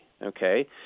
Okay